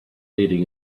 leading